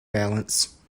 balance